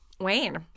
Wayne